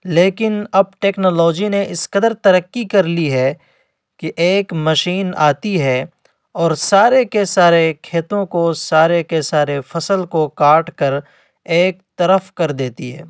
لیکن اب ٹیکنالوجی نے اس کدر ترقی کر لی ہے کہ ایک مشین آتی ہے اور سارے کے سارے کھیتوں کو سارے کے سارے فصل کو کاٹ کر ایک طرف کر دیتی ہے